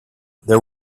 there